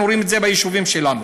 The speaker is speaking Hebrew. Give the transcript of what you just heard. אנחנו רואים את זה ביישובים שלנו.